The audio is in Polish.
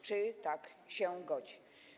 Czy tak się godzi?